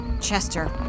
Chester